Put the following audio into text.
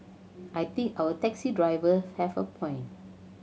I think our taxi driver have a point